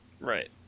Right